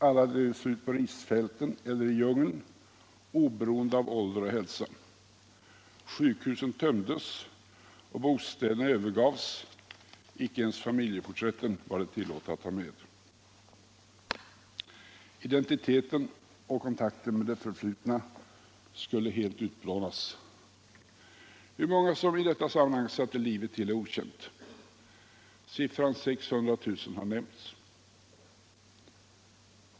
Alla drevs ut på risfälten eller i djungeln, oberoende av ålder och hälsa. Sjukhusen tömdes och bostäderna övergavs; icke ens familjeporträtten var det tillåtet att ta med. Identiteten och kontakten med det förflutna skulle helt utplånas. Hur många som i detta sammanhang satte livet till är okänt. Siffran 600 000 har nämnts.